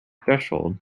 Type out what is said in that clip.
threshold